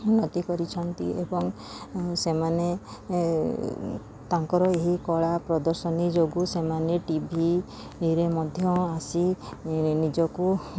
ଉନ୍ନତି କରିଛନ୍ତି ଏବଂ ସେମାନେ ତାଙ୍କର ଏହି କଳା ପ୍ରଦର୍ଶନୀ ଯୋଗୁଁ ସେମାନେ ଟିଭିରେ ମଧ୍ୟ ଆସି ନିଜକୁ